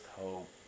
hope